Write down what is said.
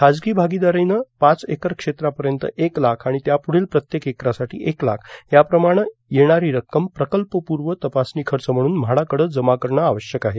खासगी भागीदारीनं पाच एकर क्षेत्रापर्यंत एक लाख आणि त्यापुढील प्रत्येक एकरासाठी एक लाख याप्रमाणे येणारी रक्कम प्रकल्पपूर्व तपासणी खर्च म्हणून म्हाडाकडं जमा करणं आवश्यक आहे